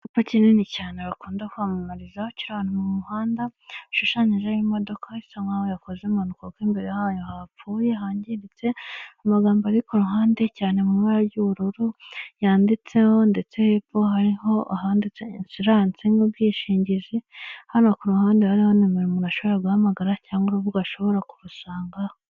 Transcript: Icyapa kinini cyane bakunda kwamamariza mu muhanda bishushanyijeho imodoka isa nkaho yakoze impanuka kuko imbere yayo hapfuye hangiritse, amagambo ari ku ruhande cyane mu ibara ry'ubururu yanditseho ndetse hepfo hari ahanditse insilanse nk'ubwishingizi hano ku ruhande hari nimero umuntu ashobora guhamagara cyangwa urubuga ashobora kurusangaho.